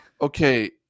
Okay